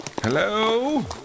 Hello